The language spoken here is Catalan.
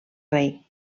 rei